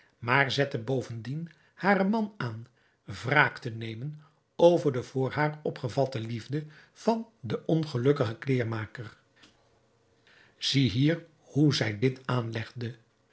maar zette bovendien haren man aan wraak te nemen over de voor haar opgevatte liefde van den ongelukkigen kleêrmaker ziehier hoe zij dit aanlegde